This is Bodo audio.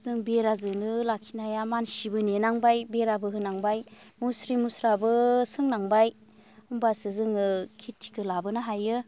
जों बेराजोंनो लाखिनो हाया मानसिबो नेनांबाय बेराबो होनांबाय मुस्रि मुस्राबो सोंनांबाय होनबासो जोङो खेथिखौ लाबोनो हायो